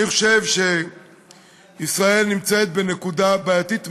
אני חושב שישראל נמצאת בנקודה בעייתית מאוד,